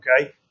okay